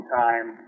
time